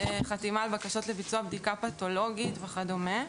חתימה על בקשות לביצוע בדיקה פתולוגית וכדומה.